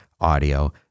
Audio